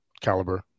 caliber